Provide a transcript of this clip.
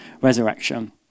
resurrection